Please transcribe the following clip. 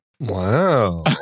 Wow